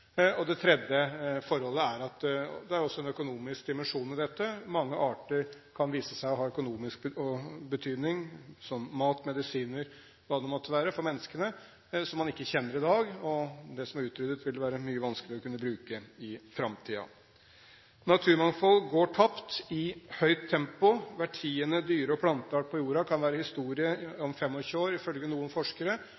Det tredje forholdet er: Det er også en økonomisk dimensjon i dette. Mange arter kan vise seg å ha økonomisk betydning, som mat, medisiner eller hva det måtte være, for menneskene, som man ikke kjenner i dag. Og det som er utryddet, vil det være mye vanskeligere å kunne bruke i framtiden. Naturmangfold går tapt i høyt tempo. Hver tiende dyre- og planteart på jorden kan være historie